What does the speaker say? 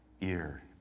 ear